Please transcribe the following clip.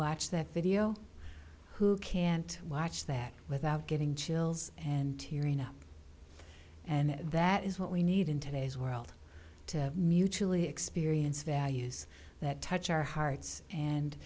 watch that video who can't watch that without getting chills and tearing up and that is what we need in today's world to mutually experience values that touch our hearts and